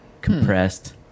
compressed